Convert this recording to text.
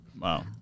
Wow